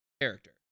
character